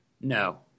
No